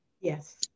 Yes